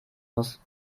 muss